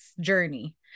journey